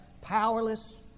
powerless